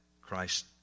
Christ